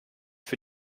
für